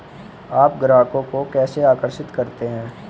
आप ग्राहकों को कैसे आकर्षित करते हैं?